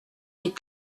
les